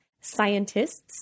scientists